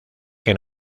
que